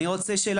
אני רוצה לשאול,